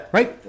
Right